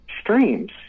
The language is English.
streams